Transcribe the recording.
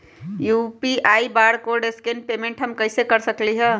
UPI barcode scan payment हम कईसे कर सकली ह?